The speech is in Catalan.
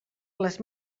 les